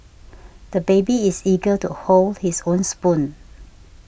the baby is eager to hold his own spoon